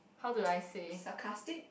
how do I say